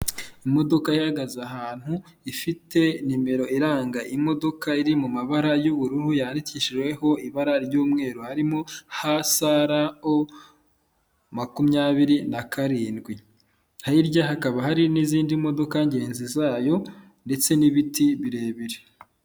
Imodoka ihagaze ahantu ifite nimero iranga imodoka iri mu mabara y'ubururu, yandikishiweho ibara ry'umweru, harimo; ha, sa, ra, o makumyabiri na karindwi; hirya hakaba hari n'izindi modoka ngenzi zayo ndetse n'ibiti birebire.